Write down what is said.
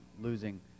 losing